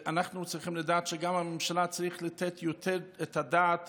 אנחנו צריכים לדעת שגם הממשלה צריכה לתת יותר את הדעת